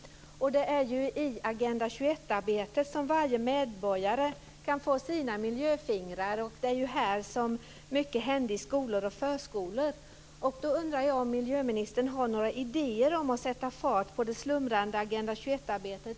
Det är ju i Agenda 21 arbetet som varje medborgare kan få med sina miljöfingrar. Det är här som mycket händer i skolor och förskolor. Jag undrar om miljöministern har några idéer om hur man sätter fart på det slumrande Agenda 21